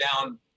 down